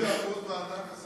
איזה אחוז מענק,